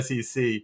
SEC